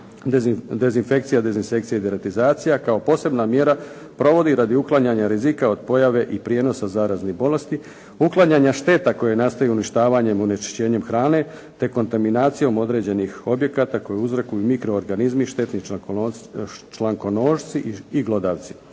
dezinfekcija, dezisekcija i deratizacija kao posebna mjera provodi radi uklanjanja rizika od pojave i prijenosa zaraznih bolesti, uklanjanja šteta koje nastaju uništavanjem, onečišćenjem hrane, te kontaminacijom određenih objekata koji uzrokuju mikroorganizmi štetni člankonošci i glodavci.